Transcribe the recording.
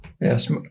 Yes